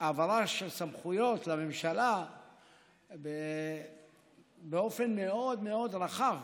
העברה של סמכויות לממשלה באופן מאוד מאוד רחב.